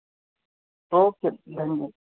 okay धन्यवाद